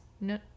No